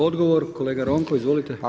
Odgovor, kolega Ronko, izvolite.